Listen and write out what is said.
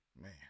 Man